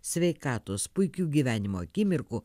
sveikatos puikių gyvenimo akimirkų